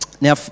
Now